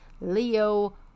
Leo